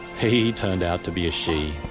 he he turned out to be a she,